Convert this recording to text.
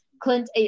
Clint